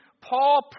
Paul